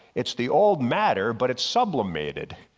it's the old matter but it's sublimated.